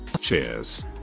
Cheers